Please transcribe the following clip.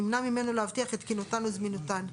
נמנע ממנו להבטיח את תקינותן או זמינותן.